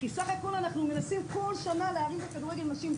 כי סך הכול אנחנו מנסים כל שנה להרים כדורגל נשים,